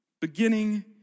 beginning